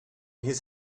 his